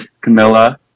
Camilla